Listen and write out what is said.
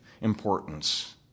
importance